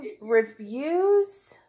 reviews